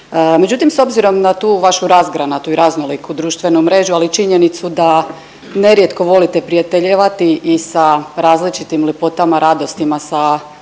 Međutim, s obzirom na tu vašu razgranatu i raznoliku društvenu mrežu, ali i činjenicu da nerijetko volite prijateljevati i sa različitim lipotama, radostima sa